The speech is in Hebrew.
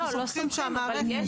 אנחנו סומכים על המערכת,